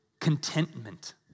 contentment